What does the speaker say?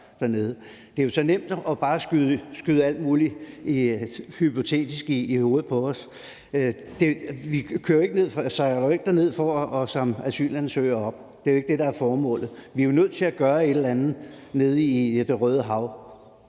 Det er så nemt bare at slynge alt muligt hypotetisk i hovedet på os. Vi sejler jo ikke derned for at samle asylansøgere op. Det er ikke det, der er formålet. Vi er jo nødt til at gøre et eller andet nede i Det Røde Hav